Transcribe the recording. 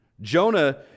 Jonah